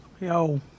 Yo